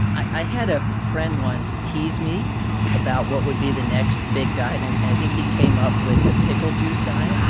i i had a friend once tease me about what would be the next big diet. and i think he came up with the pickle juice diet ah,